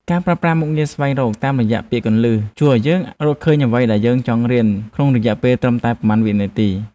ការប្រើប្រាស់មុខងារស្វែងរកតាមរយៈពាក្យគន្លឹះជួយឱ្យយើងរកឃើញអ្វីដែលយើងចង់រៀនក្នុងរយៈពេលត្រឹមតែប៉ុន្មានវិនាទី។